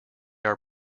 our